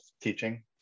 teaching